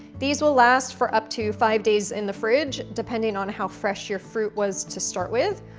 these will last for up to five days in the fridge, depending on how fresh your fruit was to start with,